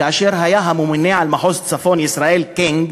כאשר היה הממונה על מחוז צפון ישראל קניג,